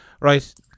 Right